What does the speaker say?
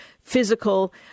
physical